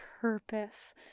purpose